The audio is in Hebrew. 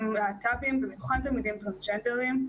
תלמידים להט"בים, במיוחד תלמידים טרנסג'נדרים.